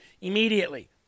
immediately